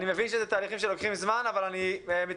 אני מבין שאלה תהליכים שלוקחים זמן, אבל מתכוון